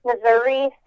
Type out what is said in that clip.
missouri